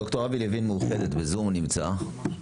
ד"ר אבי לוין ממאוחדת נמצא בזום.